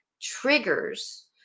triggers